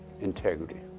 Integrity